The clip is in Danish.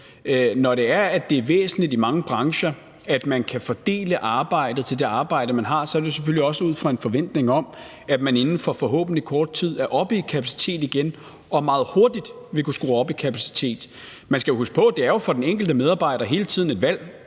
Når det i mange brancher er væsentligt, at man kan fordele arbejdet i forhold til det arbejde, man har, så er det jo selvfølgelig også ud fra en forventning om, at man inden for forhåbentlig kort tid er oppe i kapacitet igen og meget hurtigt vil kunne skrue op for kapaciteten. Man skal jo huske på, at det for den enkelte medarbejder hele tiden er et valg,